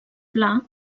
pla